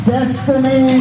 Destiny